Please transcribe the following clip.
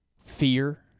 Fear